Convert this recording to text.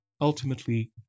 ultimately